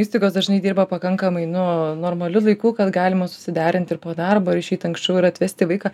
įstaigos dažnai dirba pakankamai nu normaliu laiku kad galima susiderinti ir po darbo ir išeit anksčiau ir atvesti vaiką